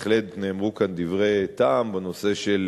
בהחלט נאמרו כאן דברי טעם בנושא של